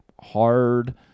hard